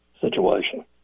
situation